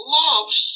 loves